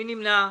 מי נמנע?